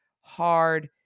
hard